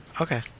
Okay